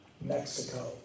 Mexico